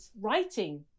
writing